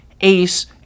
Ace